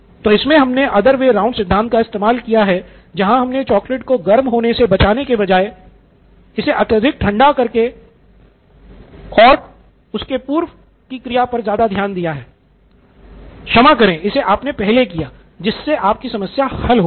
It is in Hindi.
तो इसमे हमने other way round सिद्धांत का इस्तेमाल किया है जहां हमने चॉकलेट को गर्म होने से बचाने के बजाए इसे अत्यधिक ठंडा करने पर ध्यान दिया जोकि एक पूर्व क्रिया है क्षमा करें इसे आपने पहले किया जिससे आप की समस्या हल हो गई